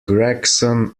gregson